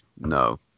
no